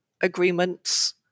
agreements